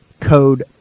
Code